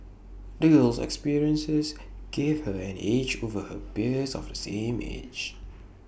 the girl's experiences gave her an edge over her peers of the same age